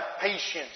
patience